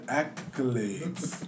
accolades